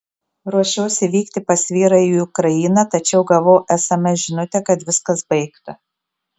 ruošiausi vykti pas vyrą į ukrainą tačiau gavau sms žinutę kad viskas baigta